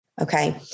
Okay